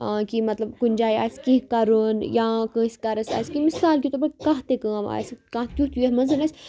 کہِ مطلب کُنہِ جایہِ آسہِ کینٛہہ کَرُن یا کٲنٛسہِ گَرَس آسہِ کیٚنہ مِثال کے طور پر کانٛہہ تہِ کٲم آسہِ کانٛہہ تیُتھ یَتھ منٛز أسۍ